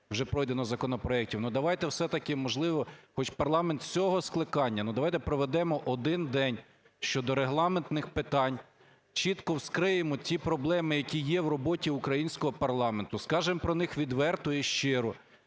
вже пройдено законопроектів. Ну, давайте все-таки, можливо, хоч парламент цього кликання, ну, давайте проведемо один день щодо регламентних питань, чітко вскриємо ті проблеми, які є в роботі українського парламенту, скажемо про них відверто і щиро.